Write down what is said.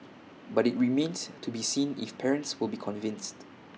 but IT remains to be seen if parents will be convinced